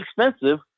expensive